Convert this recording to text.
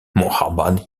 muhammad